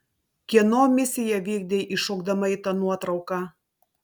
kieno misiją vykdei įšokdama į tą nuotrauką